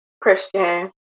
Christian